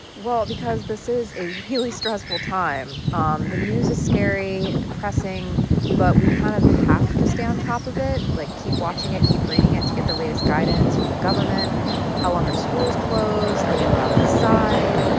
well, because this is a really stressful time. um the news is scary and depressing, but we kind of have to stay on top of it, like keep watching it, keep reading it to get the latest guidance from the government how long are schools closed? are we allowed outside? and